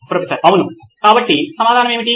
professor అవును కాబట్టి సమాధానం ఏమిటి